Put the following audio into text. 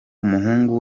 umuhungu